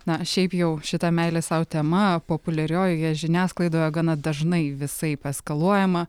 na šiaip jau šita meilės sau tema populiariojoje žiniasklaidoje gana dažnai visaip eskaluojama